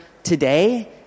today